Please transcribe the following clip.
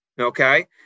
Okay